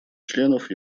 членов